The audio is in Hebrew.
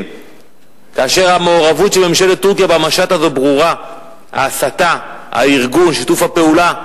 שנפגעו באירועי המשט, הצעות לסדר-היום מס' 4453,